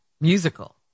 musical